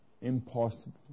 Impossible